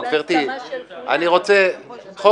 חוק